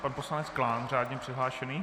Pan poslanec Klán, řádně přihlášený.